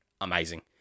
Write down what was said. amazing